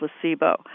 placebo